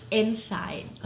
inside